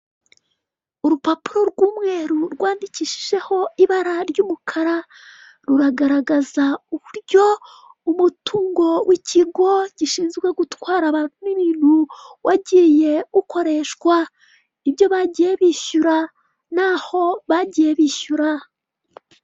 Urupapuro rw'umweru rwandikishijeho ibara ry'umukara, ruragaragaza uburyo umutungo w'ikigo gishinzwe gutwara abantu n'ibintu wagiye ukoreshwa, ibyo bagiye bishyura n'aho bagiye bishyura.